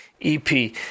EP